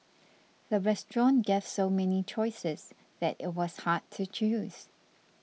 the restaurant gave so many choices that it was hard to choose